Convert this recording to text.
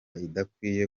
idakwiye